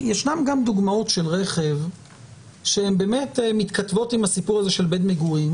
ישנן גם דוגמאות של רכב שבאמת מתכתבות עם הסיפור הזה של בית מגורים.